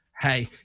hey